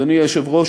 אדוני היושב-ראש,